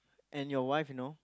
and your wife you know